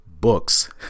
Books